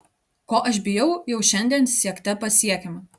ko aš bijau jau šiandien siekte pasiekiama